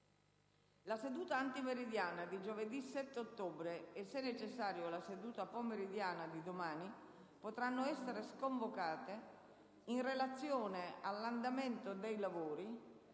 La seduta antimeridiana di giovedì 7 ottobre e, se necessario, la seduta pomeridiana di domani potranno essere sconvocate in relazione all'andamento dei lavori